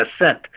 ascent